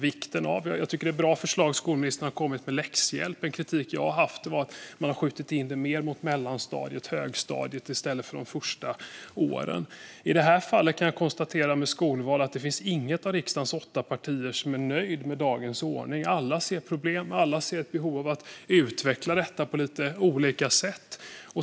Jag tycker att det är ett bra förslag som skolministern har kommit med när det gäller läxhjälp, men en kritik jag har haft är att man har skjutit in det mer mot mellanstadiet och högstadiet i stället för de första åren. I det här fallet, gällande skolval, kan jag konstatera att inget av riksdagens åtta partier är nöjt med dagens ordning. Alla ser problem, och alla ser ett behov av att utveckla detta på lite olika sätt.